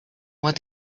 what